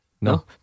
No